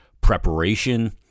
preparation